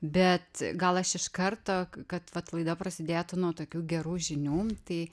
bet gal aš iš karto kad vat laida prasidėtų nuo tokių gerų žinių tai